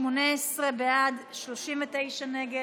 18 בעד, 39 נגד.